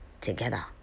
together